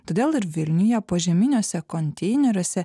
todėl ir vilniuje požeminiuose konteineriuose